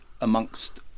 amongst